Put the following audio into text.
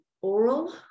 oral